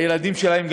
הילדים שלהם,